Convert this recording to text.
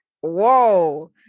whoa